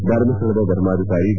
ಧರ್ಮಸ್ಥಳದ ಧರ್ಮಾಧಿಕಾರಿ ಡಿ